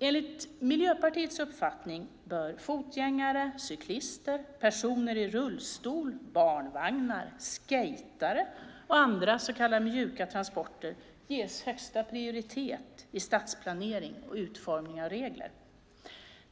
Enligt Miljöpartiets uppfattning bör fotgängare, cyklister, personer i rullstol, barnvagnar, skejtare och andra så kallade mjuka trafikanter ges högsta prioritet vid stadsplanering och utformningen av regler.